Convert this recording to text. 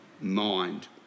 mind